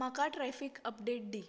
म्हाका traffic update दी